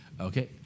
Okay